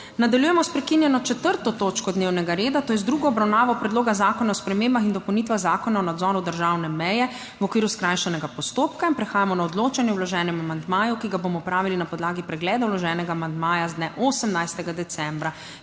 Nadaljujemo sprekinjeno 4. točko dnevnega reda, to je z drugo obravnavo Predloga zakona o spremembah in dopolnitvah Zakona o nadzoru državne meje v okviru skrajšanega postopka. In prehajamo na odločanje o vloženem amandmaju, ki ga bomo opravili na podlagi pregleda vloženega amandmaja z dne 18. decembra,